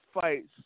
fights